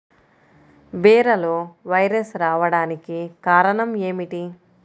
బీరలో వైరస్ రావడానికి కారణం ఏమిటి?